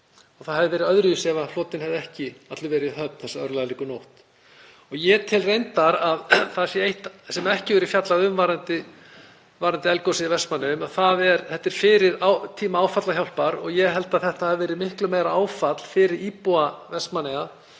Það hefði verið öðruvísi ef flotinn hefði ekki allur verið í höfn þessa örlagaríku nótt. Ég tel reyndar að það sé eitt sem ekki hefur verið fjallað um varðandi eldgosið í Vestmannaeyjum. Þetta var fyrir tíma áfallahjálpar og ég held að þetta hafi verið miklu meira áfall fyrir íbúa Vestmannaeyja